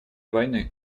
войны